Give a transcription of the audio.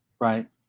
right